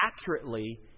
accurately